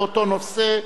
באותו נושא.